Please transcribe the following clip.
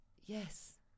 Yes